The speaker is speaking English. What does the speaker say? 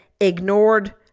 ignored